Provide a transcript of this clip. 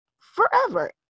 forever